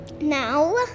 now